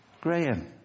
Graham